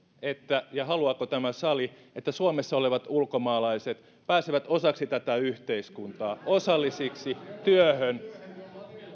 ja haluaako tämä sali että suomessa olevat ulkomaalaiset pääsevät osaksi tätä yhteiskuntaa osallisiksi työhön